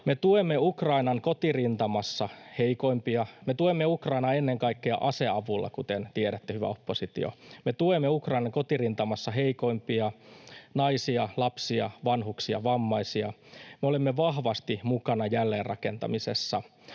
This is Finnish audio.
Me tuemme Ukrainan kotirintamassa heikoimpia. Me tuemme Ukrainaa ennen kaikkea aseavulla, kuten tiedätte, hyvä oppositio. Me tuemme Ukrainan kotirintamassa heikoimpia: naisia, lapsia, vanhuksia, vammaisia. Me olemme vahvasti mukana jälleenrakentamisessa.